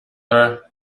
her